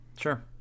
sure